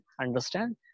understand